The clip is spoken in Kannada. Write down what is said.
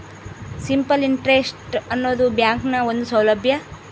ಸಿಂಪಲ್ ಇಂಟ್ರೆಸ್ಟ್ ಆನದು ಬ್ಯಾಂಕ್ನ ಒಂದು ಸೌಲಬ್ಯಾ